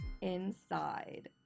inside